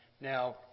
Now